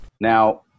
Now